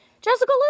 Jessica